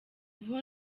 ubu